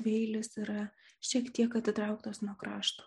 dvieilis yra šiek tiek atitrauktas nuo krašto